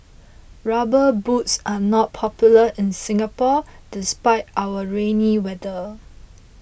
rubber boots are not popular in Singapore despite our rainy weather